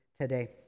today